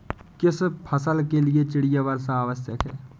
किस फसल के लिए चिड़िया वर्षा आवश्यक है?